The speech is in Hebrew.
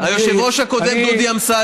היושב-ראש הקודם, דודי אמסלם.